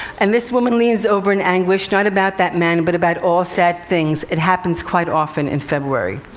and this woman leans over in anguish, not about that man, but about all sad things. it happens quite often in february.